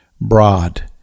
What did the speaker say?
broad